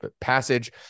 passage